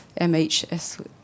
MHS